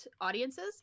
audiences